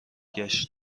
گشت